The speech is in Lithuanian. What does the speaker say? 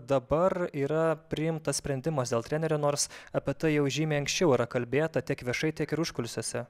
dabar yra priimtas sprendimas dėl trenerio nors apie tai jau žymiai anksčiau yra kalbėta tiek viešai tiek ir užkulisiuose